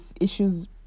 issues